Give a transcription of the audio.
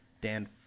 Dan